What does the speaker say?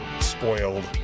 spoiled